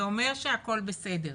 זה אומר שהכל בסדר.